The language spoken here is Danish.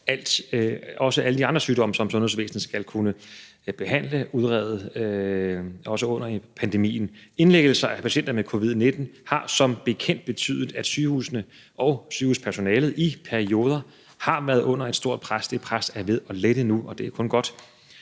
også alle de andre sygdomme, som sundhedsvæsenet skal kunne behandle og udrede, også under pandemien. Indlæggelser af patienter med covid-19 har som bekendt betydet, at sygehusene og sygehuspersonalet i perioder har været under et stort pres. Det pres er ved at lette nu, og det er kun godt.